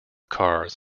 cars